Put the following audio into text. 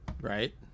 Right